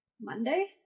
Monday